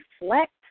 reflect